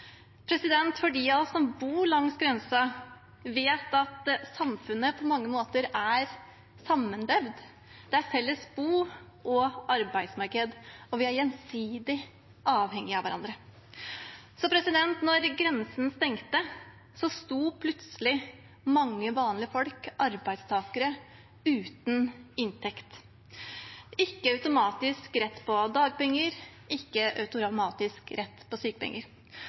De av oss som bor langs grensen, vet at samfunnet på mange måter er sammenvevd. Det er et felles bo- og arbeidsmarked, og vi er gjensidig avhengige av hverandre. Da grensen stengte, sto plutselig mange vanlige folk, arbeidstakere, uten inntekt. De hadde ikke automatisk rett på dagpenger, ikke automatisk rett på sykepenger.